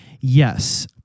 Yes